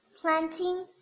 planting